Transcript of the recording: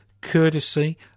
Courtesy